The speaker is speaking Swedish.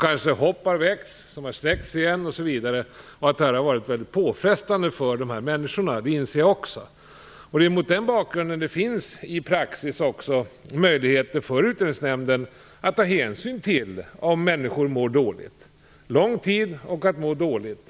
Kanske har hopp väckts och släckts igen. Att det har varit väldigt påfrestande för dessa människor inser jag också. Det är mot den bakgrunden det i praktiken finns möjligheter för Utlänningsnämnden att ta hänsyn till om människor har varit lång tid i Sverige och om de mår dåligt.